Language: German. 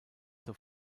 zur